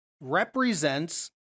represents